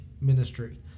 ministry